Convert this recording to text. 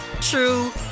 true